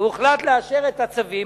הוחלט לאשר את הצווים.